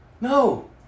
No